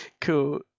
Cool